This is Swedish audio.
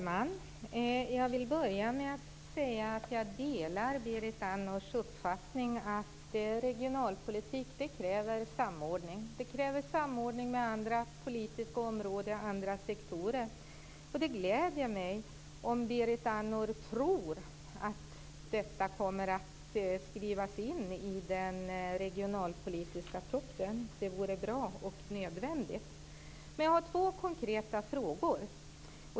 Fru talman! Jag delar Berit Andnors uppfattning att regionalpolitik kräver samordning. Det kräver samordning med andra politiska områden och andra sektorer. Det gläder mig om Berit Andnor tror att detta kommer att skrivas in i den regionalpolitiska propositionen. Det vore bra och nödvändigt. Jag har två konkreta frågor.